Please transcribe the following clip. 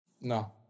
No